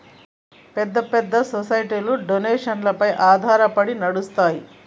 పెద్ద పెద్ద సొసైటీలు డొనేషన్లపైన ఆధారపడి నడుస్తాయి